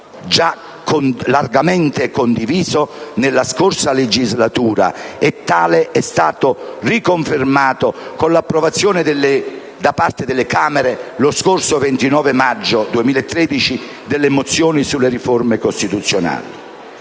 largamente condiviso nella scorsa legislatura, e tale è stato riconfermato con l'approvazione da parte delle Camere, lo scorso 29 maggio 2013, delle mozioni sulle riforme costituzionali.